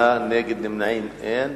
בעד 8. נגד, אין, נמנעים, אין.